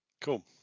Cool